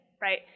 right